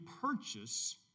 purchase